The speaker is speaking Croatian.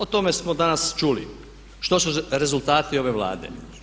O tome smo danas čuli što su rezultati ove Vlade.